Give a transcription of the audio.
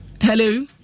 hello